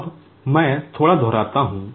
अब मैं थोड़ा दोहराता हूं